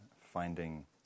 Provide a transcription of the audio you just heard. finding